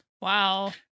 Wow